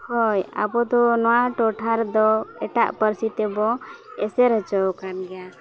ᱦᱚᱭ ᱟᱵᱚ ᱫᱚ ᱱᱚᱣᱟ ᱴᱚᱴᱷᱟ ᱨᱮᱫᱚ ᱮᱴᱟᱜ ᱯᱟᱹᱨᱥᱤ ᱛᱮᱵᱚᱱ ᱮᱥᱮᱨ ᱦᱚᱪᱚ ᱟᱠᱟᱱ ᱜᱮᱭᱟ